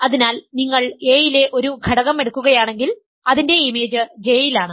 അതിനാൽ നിങ്ങൾ A യിലെ ഒരു ഘടകം എടുക്കുകയാണെങ്കിൽ അതിന്റെ ഇമേജ് J യിലാണ്